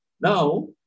Now